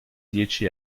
dieci